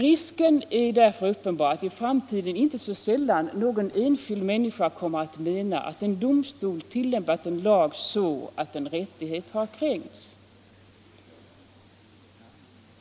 Risken är därför uppenbar att inte så sällan någon enskild människa i framtiden kommer att mena att en domstol tillämpat en lag så, att en rättighet har kränkts.